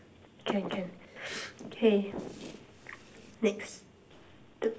can can K next